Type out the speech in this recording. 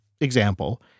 example